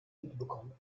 mitbekommen